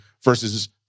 versus